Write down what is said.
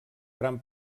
gran